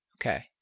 Okay